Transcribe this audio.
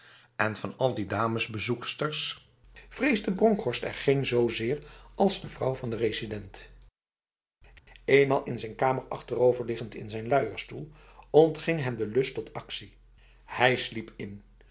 en van al die damesbezoeksters vreesde bronkhorst er geen zozeer als de vrouw van de resident eenmaal in zijn kamer achteroverliggend in zijn luierstoel ontging hem de lust tot actie hij sliep in